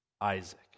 Isaac